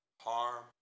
harm